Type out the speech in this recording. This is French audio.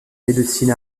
médecine